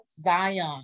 Zion